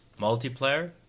Multiplayer